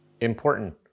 important